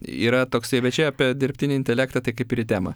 yra toksai bet čia apie dirbtinį intelektą tai kaip ir į temą